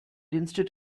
instead